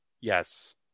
Yes